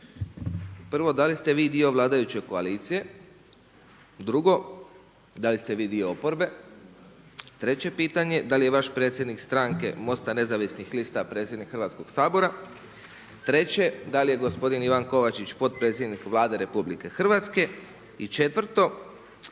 Prvo da li ste vi dio vladajuće koalicije? Drugo da li ste vi dio oporbe? Treće pitanje da li je vaš predsjednik stranke MOST-a nezavisnih lista predsjednik Hrvatskog sabora? Treće da li je gospodin Ivan Kovačić potpredsjednik Vlade RH? I četvrto,